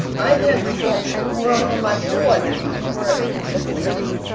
i've had people who were um on my board who were completely